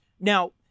now-